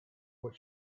what